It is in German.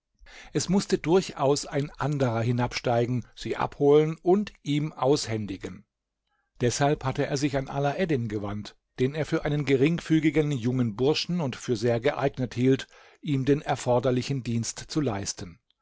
es mußte durchaus ein anderer hinabsteigen sie abholen und ihm aushändigen deshalb hatte er sich an alaeddin gewandt den er für einen geringfügigen jungen burschen und für sehr geeignet hielt ihm den erforderlichen dienst zu leisten